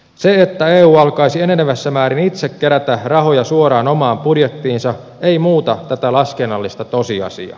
se että eu alkaisi enenevässä määrin itse kerätä rahoja suoraan omaan budjettiinsa ei muuta tätä laskennallista tosiasiaa